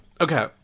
Okay